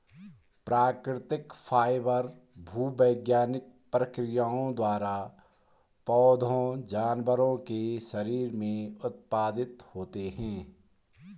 प्राकृतिक फाइबर भूवैज्ञानिक प्रक्रियाओं द्वारा पौधों जानवरों के शरीर से उत्पादित होते हैं